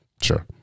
Sure